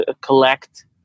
collect